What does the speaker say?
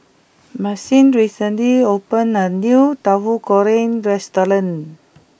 Maxim recently opened a new Tauhu Goreng restaurant